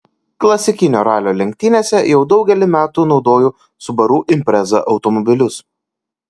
klasikinio ralio lenktynėse jau daugelį metų naudoju subaru impreza automobilius